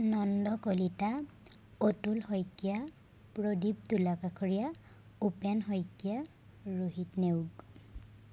Nanda Kalita Atul Saikia Pradip Dola Kasharia Upen Saikia Rohit Neog